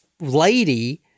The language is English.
lady